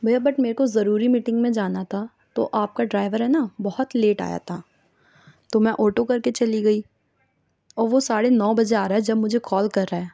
بھیا بٹ میرے کو ضروری میٹنگ میں جانا تھا تو آپ کا ڈرائیور ہے نا بہت لیٹ آیا تھا تو میں آٹو کرکے چلی گئی اور وہ ساڑھے نو بجے آ رہا ہے جب مجھے کال کر رہا ہے